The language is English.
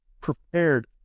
prepared